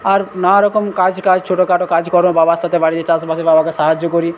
আর নানা রকম কাজ কাজ ছোটখাটো কাজকর্ম বাবার সাথে বাড়িতে চাষবাসে বাবাকে সাহায্য করি